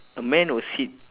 a man was hit